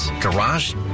Garage